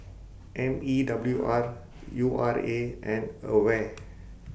M E W R U R A and AWARE